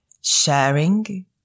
sharing